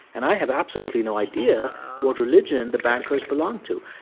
and i have absolutely no idea what religion the bankers belong to.